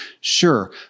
Sure